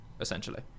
essentially